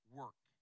work